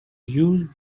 used